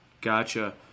Gotcha